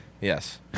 Yes